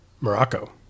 Morocco